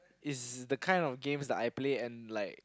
it's the kind of games that I play and like